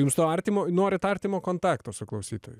jums to artimo norit artimo kontakto su klausytoju